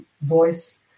voice